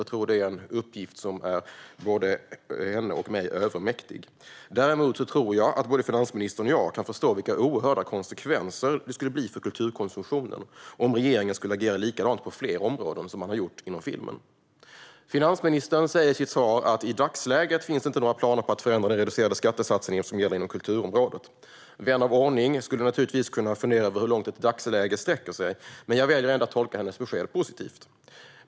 Jag tror att det är en uppgift som är både henne och mig övermäktig. Däremot tror jag att både finansministern och jag kan förstå vilka oerhörda konsekvenser det skulle bli för kulturkonsumtionen om regeringen skulle agera likadant på fler områden som man har gjort inom filmen. Finansministern säger i sitt svar att det i dagsläget inte finns några planer på att förändra den reducerade skattesatsen som gäller inom kulturområdet. Vän av ordning skulle naturligtvis kunna fundera över hur långt ett dagsläge sträcker sig, men jag väljer ändå att tolka hennes besked positivt.